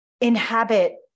inhabit